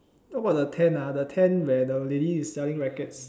what about the tent ah the tent where the lady is selling rackets